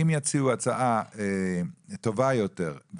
אם יציעו הצעה טובה יותר,